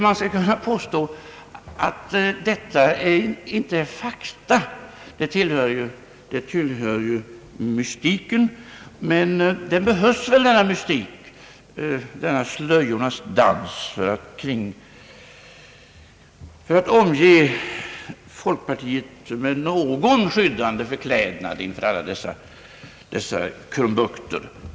Hur man skall kunna påstå att detta inte är fakta tillhör mystiken. Men denna mystik, denna slöjornas dans, behövs väl för att omge folkpartiet med någon skyddande förklädnad efter alla dessa krumbukter.